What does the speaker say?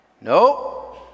No